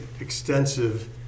extensive